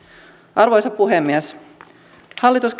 arvoisa puhemies hallitus